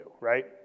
right